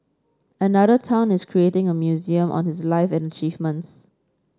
another town is creating a museum on his life and achievements